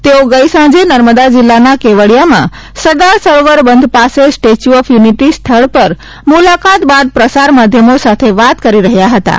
તેઓ ગઈ સાંજે નર્મદા જિલ્લાના કેવડિયામાં સરદાર સરોવર બંધ પાસે સ્ટેચ્યુ ઓફ યુનિટી સ્થળ પર મુલાકાત બાદ પ્રસાર માધ્યમો સાથે વાત કરી રહ્યાં હતાં